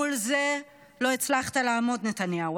מול זה לא הצלחת לעמוד, נתניהו.